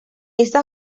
esa